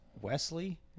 Wesley